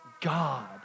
God